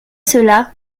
cela